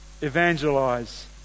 evangelize